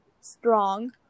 strong